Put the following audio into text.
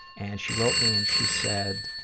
and she wrote me and she said,